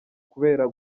kubera